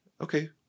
okay